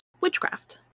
witchcraft